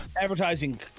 advertising